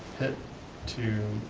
pitt to